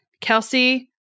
Kelsey